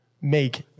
make